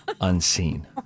unseen